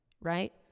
right